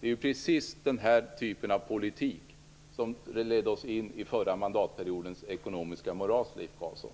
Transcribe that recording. Det är precis den typen av politik som ledde oss in i förra mandatperiodens ekonomiska moras, Leif Carlson.